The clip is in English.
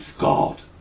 God